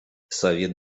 совет